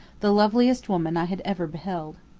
the loveliest woman i had ever beheld.